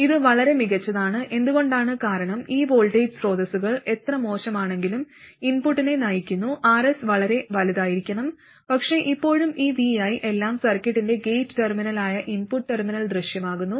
ഇത് വളരെ മികച്ചതാണ് എന്തുകൊണ്ടാണ് കാരണം ഈ വോൾട്ടേജ് സ്രോതസ്സുകൾ എത്ര മോശമാണെങ്കിലും ഇൻപുട്ടിനെ നയിക്കുന്നു Rs വളരെ വലുതായിരിക്കാം പക്ഷേ ഇപ്പോഴും ഈ vi എല്ലാം സർക്യൂട്ടിന്റെ ഗേറ്റ് ടെർമിനലായ ഇൻപുട്ട് ടെർമിനലിൽ ദൃശ്യമാകുന്നു